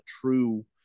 true